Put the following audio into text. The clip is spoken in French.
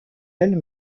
elle